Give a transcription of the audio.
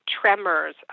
tremors